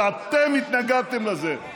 שאתם התנגדתם לזה.